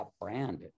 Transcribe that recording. brand